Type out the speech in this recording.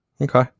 Okay